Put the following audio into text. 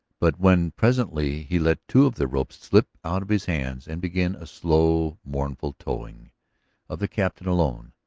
but when presently he let two of the ropes slip out of his hands and began a slow, mournful tolling of the captain alone,